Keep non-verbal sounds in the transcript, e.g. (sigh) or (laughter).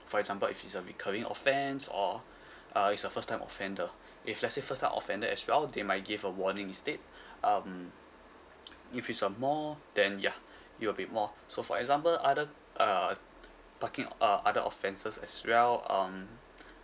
for example if it's a recurring offense or (breath) uh it's a first time offender if let's say first time offender as well they might give a warning instead (breath) um if it's a more then ya it'll be more so for example other uh parking uh other offenses as well um (breath)